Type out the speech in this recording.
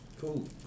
Cool